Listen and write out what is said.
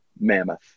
Mammoth